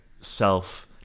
self